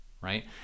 right